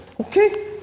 Okay